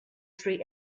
three